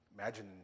Imagine